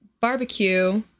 barbecue